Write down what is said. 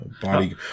body